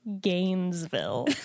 gainesville